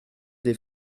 des